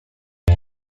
his